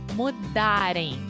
mudarem